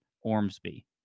Ormsby